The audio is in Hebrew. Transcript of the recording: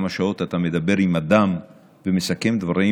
כמה שעות אחרי שאתה מדבר עם אדם ומסכם דברים,